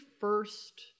first